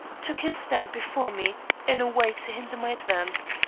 took his stand before me in a way to hinder my advance.